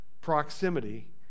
proximity